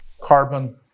Carbon